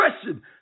question